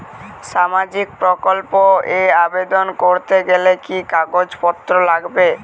সামাজিক প্রকল্প এ আবেদন করতে গেলে কি কাগজ পত্র লাগবে?